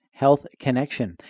healthconnection